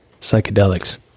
psychedelics